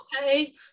okay